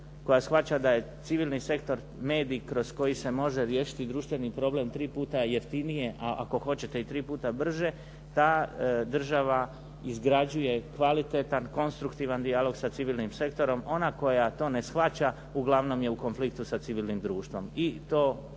koja shvaća da je civilni sektor medij kroz koji se može riješiti društveni problem tri puta jeftinije, a ako hoćete i tri puta brže, ta država izgrađuje kvalitetan, konstruktivan dijalog sa civilnim sektorom, ona koja to ne shvaća uglavnom je u konfliktu sa civilnim društvom